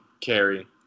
carry